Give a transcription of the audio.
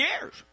years